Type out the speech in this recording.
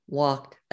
walked